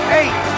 eight